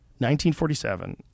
1947